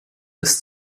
bis